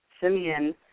Simeon